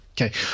Okay